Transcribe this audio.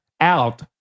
out